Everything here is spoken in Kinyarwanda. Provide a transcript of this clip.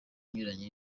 inyuranye